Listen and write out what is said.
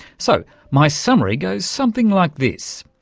so my summary goes something like this.